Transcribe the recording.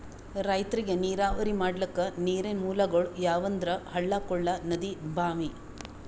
ರೈತರಿಗ್ ನೀರಾವರಿ ಮಾಡ್ಲಕ್ಕ ನೀರಿನ್ ಮೂಲಗೊಳ್ ಯಾವಂದ್ರ ಹಳ್ಳ ಕೊಳ್ಳ ನದಿ ಭಾಂವಿ